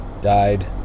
died